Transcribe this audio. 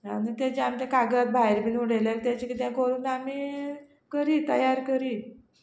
आनी तेजे आमी ते कागद भायर बीन उडयले तेजे किदें करून आमी करी तयार करी